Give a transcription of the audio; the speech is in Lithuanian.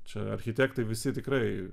čia architektai visi tikrai